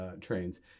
trains